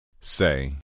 Say